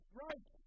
right